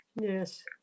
yes